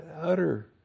utter